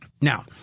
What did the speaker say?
now